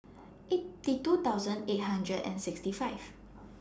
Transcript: eighty two thousand eight hundred and sixty five